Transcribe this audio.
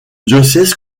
diocèse